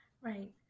Right